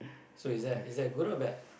so is that is that good or bad